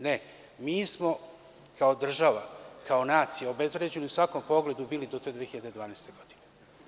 Ne, mi smo kao država, kao nacija obezvređeni u svakom pogledu bili do te 2012. godine.